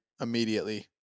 immediately